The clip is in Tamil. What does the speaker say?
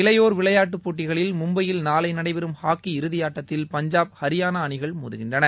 இளையோர் விளையாட்டு போட்டிகளில் மும்பையில் நாளை நடைபெறம் ஹாக்கி இறுதியாட்டத்தில் பஞ்சாப் ஹரியானா அணிகள் மோதுகின்றன